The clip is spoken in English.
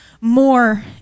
more